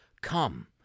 Come